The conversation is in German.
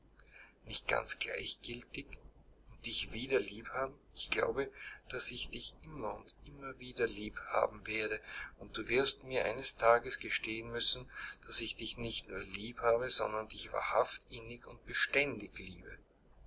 nicht ganz gleichgiltig und dich wieder lieb haben ich glaube daß ich dich immer und immer wieder lieb haben werde und du wirst mir eines tages gestehen müssen daß ich dich nicht nur lieb habe sondern dich wahrhaft innig und beständig liebe